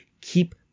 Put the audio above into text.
keep